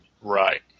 Right